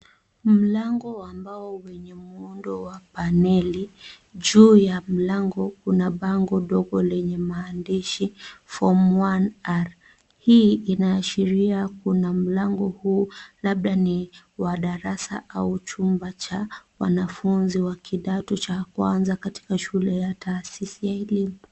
Mlango wa mbao wenye muundo wa paneli. Juu ya mlango kuna bango ndogo lenye maandishi form1 R . Hii inaashiria kuna mlango huu ni wa darasa au chumba cha wanafunzi wa kidato cha kwanza katika shule ya taasisi ya elimu.